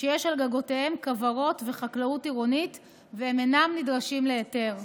שיש על גגותיהם כוורות וחקלאות עירונית והן אינן נדרשות להיתר.